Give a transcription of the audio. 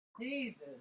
Jesus